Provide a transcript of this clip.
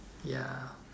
ya